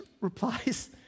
replies